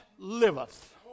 liveth